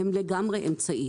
הם לגמרי אמצעי.